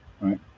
right